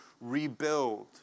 rebuild